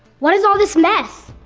what is all this mess?